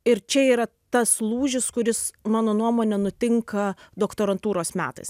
ir čia yra tas lūžis kuris mano nuomone nutinka doktorantūros metais